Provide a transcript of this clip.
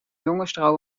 jongensdroom